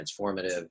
transformative